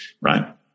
right